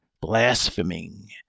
blaspheming